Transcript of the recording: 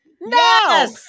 No